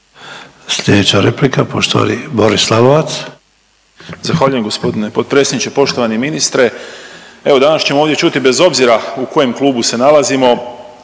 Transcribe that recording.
Sljedeća replika poštovani Boris Lalovac. **Lalovac, Boris (SDP)** Zahvaljujem gospodine potpredsjedniče, poštovani ministre. Evo danas ćemo ovdje čuti bez obzira u kojem klubu se nalazimo